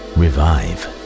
revive